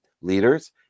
leaders